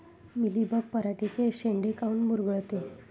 Mealybug पराटीचे चे शेंडे काऊन मुरगळते?